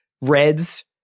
Reds